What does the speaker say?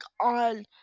on